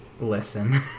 listen